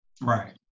Right